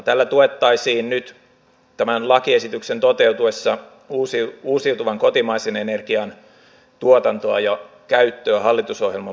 tällä tuettaisiin nyt tämän lakiesityksen toteutuessa uusiutuvan kotimaisen energian tuotantoa ja käyttöä hallitusohjelman mukaisesti